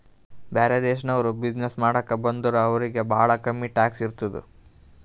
ಬ್ಯಾರೆ ದೇಶನವ್ರು ಬಿಸಿನ್ನೆಸ್ ಮಾಡಾಕ ಬಂದುರ್ ಅವ್ರಿಗ ಭಾಳ ಕಮ್ಮಿ ಟ್ಯಾಕ್ಸ್ ಇರ್ತುದ್